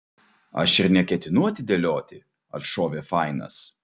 aš ir neketinu atidėlioti atšovė fainas